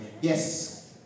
Yes